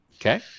okay